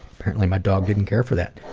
apparently my dog didn't care for that.